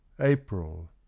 April